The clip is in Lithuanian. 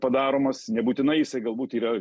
padaromas nebūtinai jisai galbūt yra